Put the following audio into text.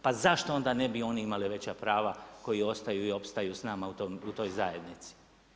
Pa zašto onda ne bi oni imali veća prava koji ostaju i opstaju s nama u toj zajednici?